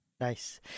Nice